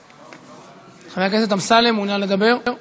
חבר הכנסת אמסלם, מעוניין לדבר?